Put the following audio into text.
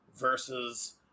versus